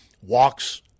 walks